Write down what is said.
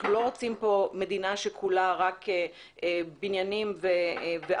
אנחנו לא רוצים פה מדינה שכולה רק בניינים וערים,